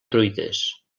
truites